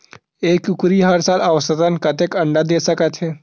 एक कुकरी हर साल औसतन कतेक अंडा दे सकत हे?